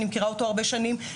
ואני מכירה אותו שנים רבות,